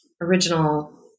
original